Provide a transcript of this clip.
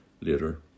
later